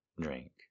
drink